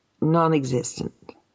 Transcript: non-existent